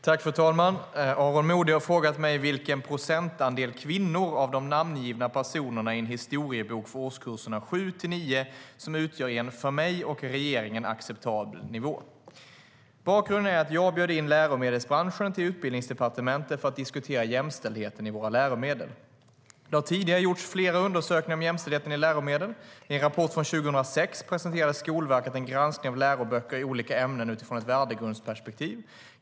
Fru talman! Aron Modig har frågat mig vilken procentandel kvinnor av de namngivna personerna i en historiebok för årskurserna 7-9 som utgör en för mig och regeringen acceptabel nivå. Bakgrunden är att jag bjöd in läromedelsbranschen till Utbildningsdepartementet för att diskutera jämställdheten i våra läromedel. Det har tidigare gjorts flera undersökningar om jämställdheten i läromedel. I en rapport från 2006 presenterade Skolverket en granskning av läroböcker i olika ämnen utifrån ett värdegrundsperspektiv.